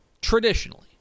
traditionally